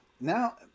now